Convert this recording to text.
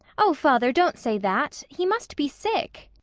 oh, father, don't say that he must be sick.